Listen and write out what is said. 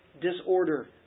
Disorder